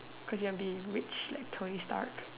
cause you wanna be rich like Tony Stark